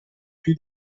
più